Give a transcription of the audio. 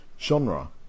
genre